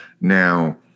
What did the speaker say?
Now